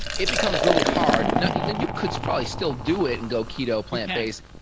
it becomes really hard. now you could probably still do it and go keto plant based.